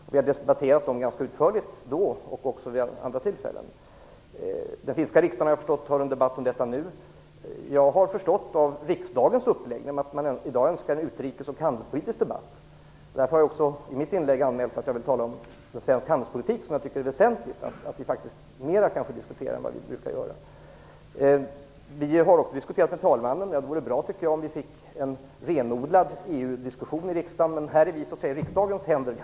Jag presenterade dem ganska utförligt då och har också gjort det vid andra tillfällen. Såvitt jag vet för den finska riksdagen en debatt om detta nu. Av riksdagens uppläggning har jag förstått att man i dag önskar en utrikes och handelspolitisk debatt. Därför har jag i mitt inlägg anmält att jag vill tala om svensk handelspolitik. Jag tycker faktiskt att det är väsentligt att vi diskuterar den frågan mer än vad vi brukar göra. Vi har också talat med talmannen. Det vore bra om vi fick till stånd en renodlad EU-diskussion i riksdagen, men i det här fallet är vi ganska mycket i riksdagens händer.